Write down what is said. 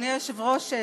אדוני היושב-ראש,